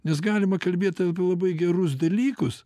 nes galima kalbėt apie labai gerus dalykus